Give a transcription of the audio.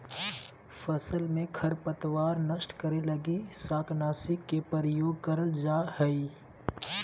फसल में खरपतवार नष्ट करे लगी शाकनाशी के प्रयोग करल जा हइ